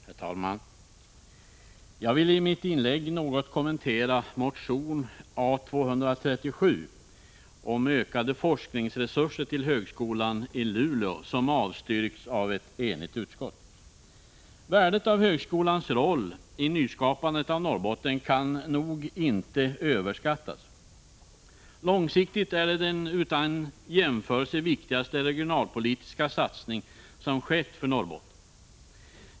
Herr talman! Jag vill i mitt inlägg något kommentera motion A237 om ökade forskningsresurser till högskolan i Luleå, som avstyrkts av ett enigt utskott. Värdet av högskolans roll i nyskapandet av Norrbotten kan nog inte överskattas. Långsiktigt är det den utan jämförelse viktigaste regionalpolitiska satsning som skett för Norrbotten.